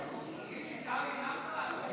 תגיד, עיסאווי, מה קרה לך?